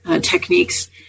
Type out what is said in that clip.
techniques